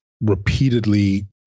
repeatedly